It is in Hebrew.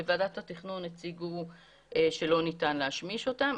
בוועדת התכנון הציגו שלא ניתן להשמיש אותה.